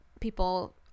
people